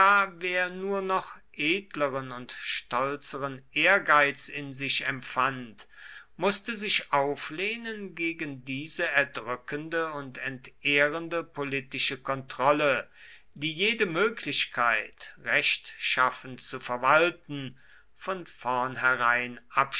wer nur noch edleren und stolzeren ehrgeiz in sich empfand mußte sich auflehnen gegen diese erdrückende und entehrende politische kontrolle die jede möglichkeit rechtschaffen zu verwalten von vornherein